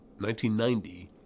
1990